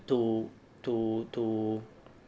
to to to